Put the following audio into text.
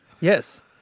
Yes